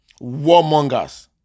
Warmongers